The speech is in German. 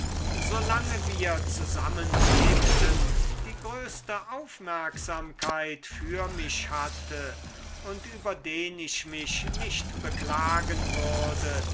solange wir zusammen lebten die größte aufmerksamkeit für mich hatte und über den ich mich nicht beklagen würde